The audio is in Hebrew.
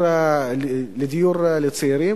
לדיור לצעירים,